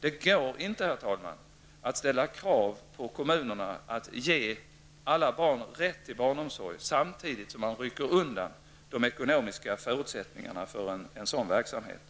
Det går inte, herr talman, att ställa krav på kommunerna om att de skall ge alla barn rätt till barnomsorg samtidigt som man rycker undan de ekonomiska förutsättningarna för en sådan verksamhet.